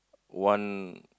one